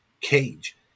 cage